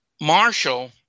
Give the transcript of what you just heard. Marshall